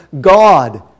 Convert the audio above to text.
God